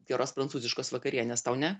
geros prancūziškos vakarienės tau ne